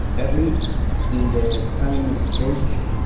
early in the ah planning stage,